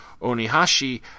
Onihashi